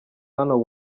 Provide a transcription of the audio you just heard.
hano